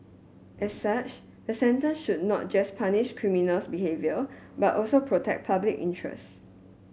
as such the sentence should not just punish criminal behaviour but also protect public interests